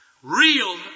Real